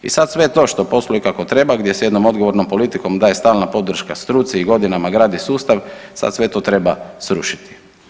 I sad sve to što posluje kako treba, gdje s jednom odgovornom politikom daje stalna podrška struci i godinama gradi sustav, sad sve to treba srušiti.